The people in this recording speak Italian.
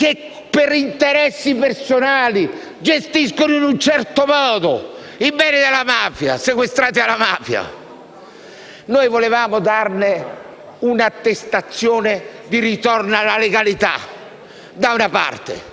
che per interessi personali gestisce in un certo modo i beni sequestrati alla mafia? Noi volevamo dare un'attestazione di ritorno alla legalità, da una parte,